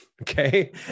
okay